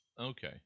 Okay